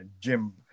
Jim